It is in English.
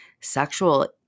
sexual